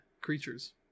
creatures